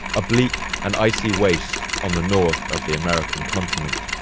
a bleak and icy waste on the north of the american continent.